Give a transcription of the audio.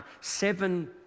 seven